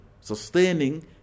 sustaining